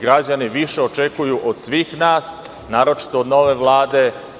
Građani više očekuju od svih nas, naročito od nove Vlade.